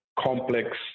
complex